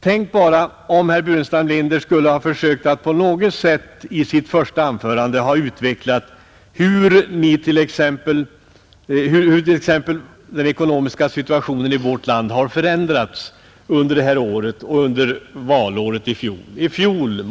Tänk bara om herr Burenstam Linder i sitt första anförande skulle ha försökt att förklara hur den ekonomiska situationen i vårt land har ändrats under detta år jämfört med valåret i fjol.